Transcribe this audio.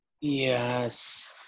Yes